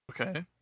Okay